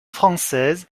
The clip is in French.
française